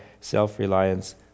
Self-reliance